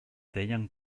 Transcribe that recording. deien